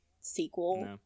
sequel